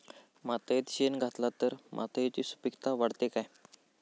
मातयेत शेण घातला तर मातयेची सुपीकता वाढते काय?